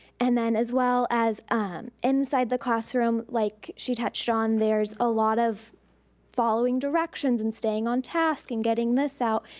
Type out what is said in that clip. and then as well as inside the classroom, like she touched on, there's a lot of following directions and staying on task and getting this out.